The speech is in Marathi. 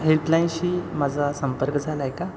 हेल्पलाईनशी माझा संपर्क झाला आहे का